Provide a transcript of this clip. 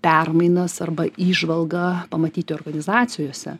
permainas arba įžvalgą pamatyti organizacijose